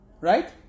Right